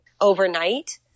overnight